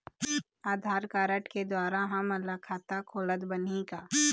आधार card के द्वारा हमन ला खाता खोलत बनही का?